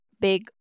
big